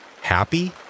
Happy